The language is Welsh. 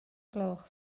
gloch